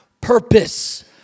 purpose